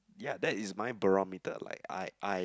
ya that is my barometer like I I